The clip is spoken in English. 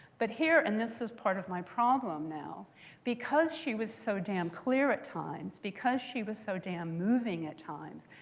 but here and this is part of my problem now because she was so damn clear at times, because she was so damn moving at times,